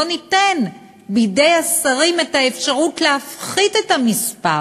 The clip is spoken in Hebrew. בואו ניתן בידי השרים אפשרות להפחית את המספר,